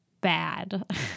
bad